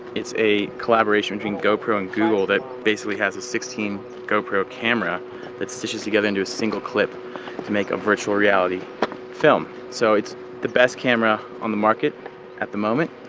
it's a collaboration between gopro and google that has a sixteen gopro camera that stitches together into a single clip to make a virtual reality film. so it's the best camera on the market at the moment,